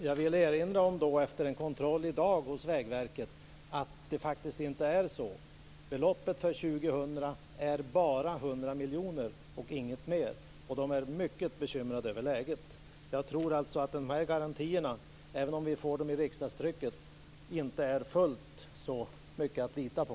Fru talman! Jag vill efter en kontroll i dag hos Vägverket erinra om att det faktiskt inte är så. Beloppet för år 2000 är bara 100 miljoner och inget mer. På Vägverket är de mycket bekymrade över läget. Jag tror att de här garantierna, även om vi får dem i riksdagstrycket, inte är så mycket att lita på.